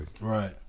Right